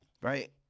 right